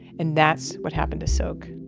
and that's what happened to sok